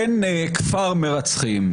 אין כפר מרצחים,